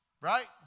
right